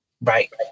Right